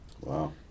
Wow